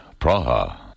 Praha